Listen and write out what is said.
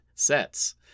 sets